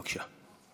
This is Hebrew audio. בבקשה.